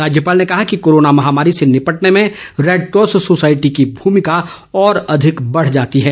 राज्यपाल ने कहा कि कोरोना महामारी से निपटने में रैडक्रॉस सोसायटी की भूमिका और अधिक बढ़ जाती है